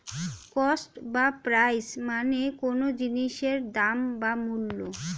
cost বা price মানে কোনো জিনিসের দাম বা মূল্য